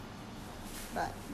楼下的啊 that kind